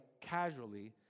casually